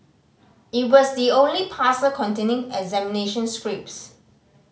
it was the only parcel containing examination scripts